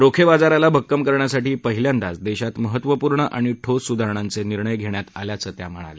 रोखे बाजाराला भक्कम करण्यासाठी पहिल्यांदाच देशात महत्त्वपूर्ण आणि ठोस सुधारणांचे निर्णय घेण्यात आल्याचेही त्यांनी सांगितले